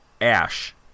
Ash